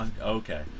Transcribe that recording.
okay